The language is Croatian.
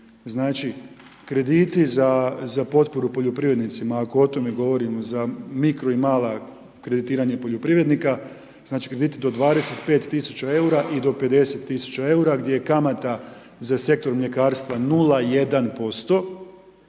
Znači, krediti za potporu poljoprivrednicima, ako o tome govorimo, za mikro i mala kreditiranja poljoprivrednika, znači krediti do 25000 EUR-a i do 50000 EUR-a, gdje je kamata za sektor mljekarstva 0,1%,